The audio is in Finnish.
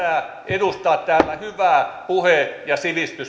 pitää edustaa täällä hyvää puhe ja